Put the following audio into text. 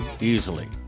easily